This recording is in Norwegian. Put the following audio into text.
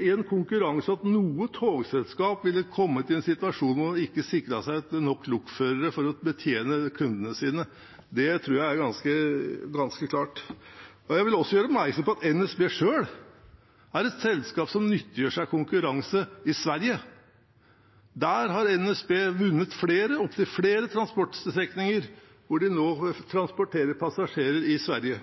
i en konkurranse ville kommet i en situasjon hvor man ikke sikret seg nok lokførere for å betjene kundene sine. Det tror jeg er ganske klart. Jeg vil også gjøre oppmerksom på at NSB selv er et selskap som nyttiggjør seg konkurranse i Sverige. Der har NSB vunnet opptil flere transportstrekninger, og de transporterer nå passasjerer i Sverige.